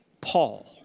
Paul